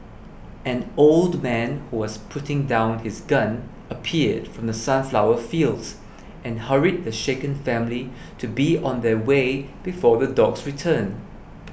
an old man who was putting down his gun appeared from the sunflower fields and hurried the shaken family to be on their way before the dogs return